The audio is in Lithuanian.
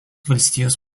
valstijos